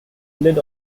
lid